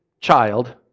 child